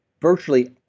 virtually